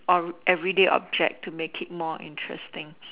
on everyday object to make it more interesting